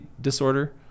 disorder